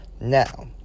Now